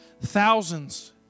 Thousands